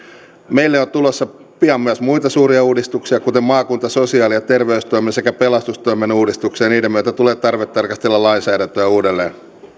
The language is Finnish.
meille on tulossa pian myös muita suuria uudistuksia kuten maakunta sosiaali ja terveystoimen sekä pelastustoimen uudistuksia niiden myötä tulee tarve tarkastella lainsäädäntöä uudelleen